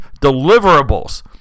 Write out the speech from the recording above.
deliverables